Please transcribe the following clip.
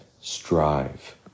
Strive